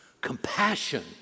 compassion